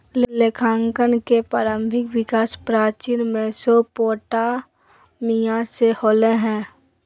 लेखांकन के प्रारंभिक विकास प्राचीन मेसोपोटामिया से होलय हल